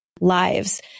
lives